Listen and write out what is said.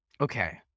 Okay